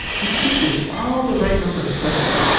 he predicted all the right numbers correctly.